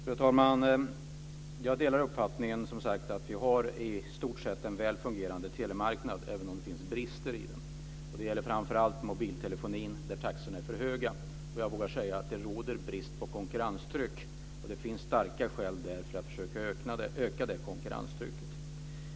Fru talman! Jag delar som sagt uppfattningen att vi i stort sett har en väl fungerande telemarknad, även om det finns brister i den. Det gäller framför allt mobiltelefonin, där taxorna är för höga. Jag vågar säga att det råder brist på konkurrenstryck, och det finns därför starka skäl att försöka öka det konkurrenstrycket.